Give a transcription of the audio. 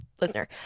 listener